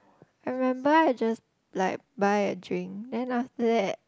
I remember I just like buy a drink then after that